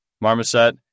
marmoset